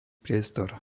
priestor